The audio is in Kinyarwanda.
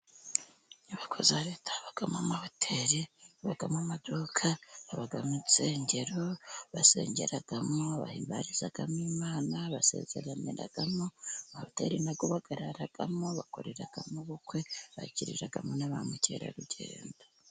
Inyubako za Leta zibamo amahoteri, habamo amaduka, habamo insengero basengeramo, (bahimbarizamo) imana, basezeraniramo, amahoteri nayo bayararamo, bakoreramo mo ubukwe bakiriramo na ba mukerarugendo.